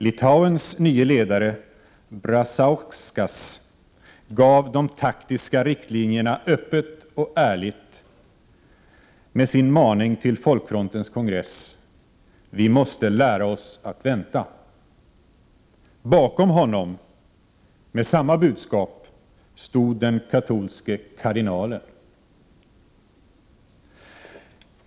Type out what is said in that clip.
Litauens nye ledare Brazauskas gav de taktiska riktlinjerna öppet och ärligt med sin maning till folkfrontens kongress: Vi måste lära oss att vänta. Bakom honom, med samma budskap, stod den katolske kardinalen.